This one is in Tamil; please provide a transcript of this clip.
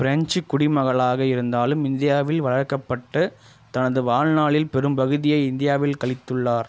பிரெஞ்சு குடிமகளாக இருந்தாலும் இந்தியாவில் வளர்க்கப்பட்டு தனது வாழ்நாளின் பெரும்பகுதியை இந்தியாவில் கழித்துள்ளார்